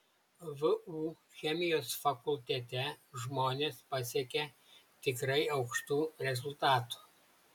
vu chemijos fakultete žmonės pasiekė tikrai aukštų rezultatų